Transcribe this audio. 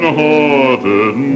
hearted